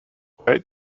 quiet